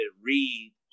read